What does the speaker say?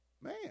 man